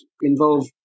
involve